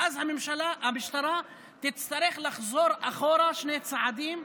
ואז המשטרה תצטרך לחזור אחורה שני צעדים,